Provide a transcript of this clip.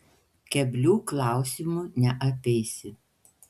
keblių klausimų neapeisi